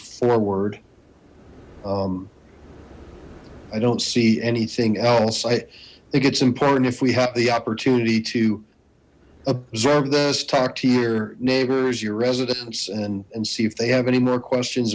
forward i don't see anything else i think it's important if we have the opportunity to observe this talk to your neighbors your residence and and see if they have any more questions